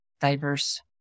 diverse